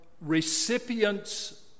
recipients